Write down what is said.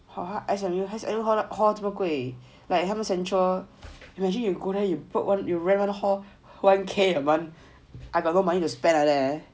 S_M_U hall 这么贵 like 他们 central usually you go there you put on you rent one hall one K a month I got no money to spend like that leh